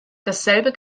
dasselbe